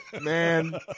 man